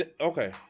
okay